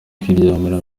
kwiyamiriza